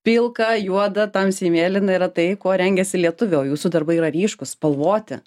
pilka juoda tamsiai mėlyna yra tai kuo rengiasi lietuviai o jūsų darbai yra ryškūs spalvoti